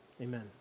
Amen